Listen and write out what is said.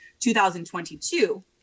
2022